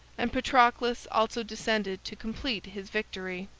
and patroclus also descended to complete his victory.